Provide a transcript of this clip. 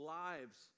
lives